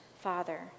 Father